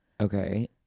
Okay